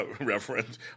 reference